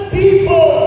people